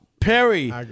Perry